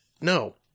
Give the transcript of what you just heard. no